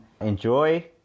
Enjoy